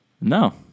No